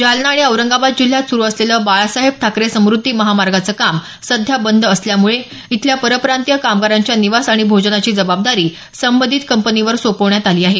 जालना आणि औरंगाबाद जिल्ह्यात सुरू असलेलं बाळासाहेब ठाकरे समृध्दी महामार्गाचं काम सध्या बंद असल्यामुळे इथल्या परप्रांतीय कामगारांच्या निवास आणि भोजनाची जबाबदारी संबंधित कंपनीवर सोपवण्यात आली आहे